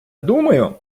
думаю